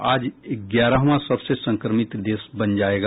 आज ग्यारहवां सबसे संक्रमित देश बन जायेगा